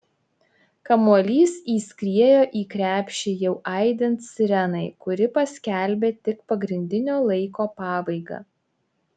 kamuolys įskriejo į krepšį jau aidint sirenai kuri paskelbė tik pagrindinio laiko pabaigą